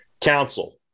Council